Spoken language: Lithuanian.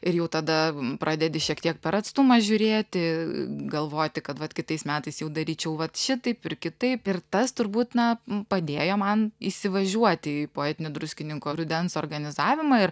ir jau tada pradedi šiek tiek per atstumą žiūrėti galvoti kad vat kitais metais jau daryčiau vat šitaip ir kitaip ir tas turbūt na padėjo man įsivažiuoti į poetinį druskininko rudens organizavimą ir